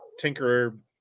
tinkerer